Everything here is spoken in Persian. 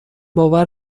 باور